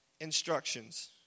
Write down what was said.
instructions